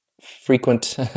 frequent